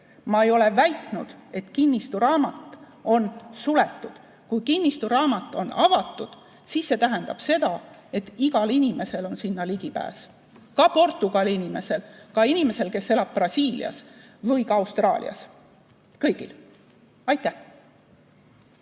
Ma ei ole väitnud, et kinnistusraamat on suletud. Kui kinnistusraamat on avatud, siis see tähendab seda, et igal inimesel on sinna ligipääs, ka Portugali inimesel, ka inimesel, kes elab Brasiilias või Austraalias. Kõigil.